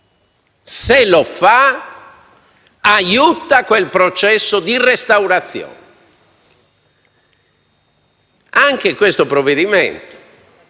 se lo fa, aiuta quel processo di restaurazione. Anche questo provvedimento